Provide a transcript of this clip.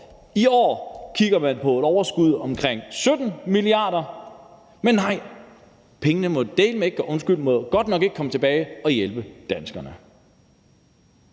I år kigger man på et overskud på omkring 17 mia. kr. Men nej, pengene må godt nok ikke komme tilbage og hjælpe danskerne.